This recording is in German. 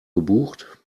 gebucht